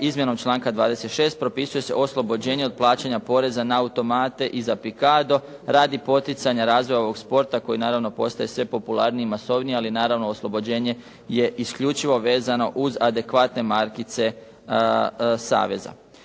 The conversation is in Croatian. izmjenom članka 26. propisuje se oslobođenje od plaćanja poreza na automate i za pikado radi poticanja razvoja ovog sporta koji naravno postaje sve popularniji i masovniji, ali naravno oslobođenje je isključivo vezano uz adekvatne markice saveza.